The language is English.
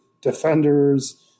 defenders